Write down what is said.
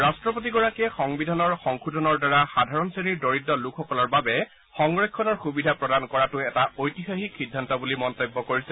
ৰট্টপতিগৰাকীয়ে সংবিধান সংশোধনৰ দ্বাৰা সাধাৰণ শ্ৰেণীৰ দৰিদ্ৰ লোকসকলৰ বাবে সংৰক্ষণৰ সুবিধা প্ৰদান কৰাতো এটা ঐতিহাসিক সিদ্ধান্ত বুলি মন্তব্য কৰিছে